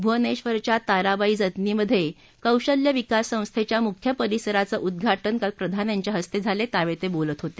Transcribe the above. भुवनेक्षरच्या ताराबाई जतनीमधे कौशल्य विकास संस्थेच्या मुख्य परीसराचं उद्घाटन काल प्रधान यांच्या हस्ते झालं त्यावेळी ते बोलत होते